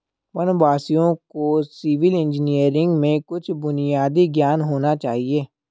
वनवासियों को civil engineering में कुछ बुनियादी ज्ञान होना चाहिए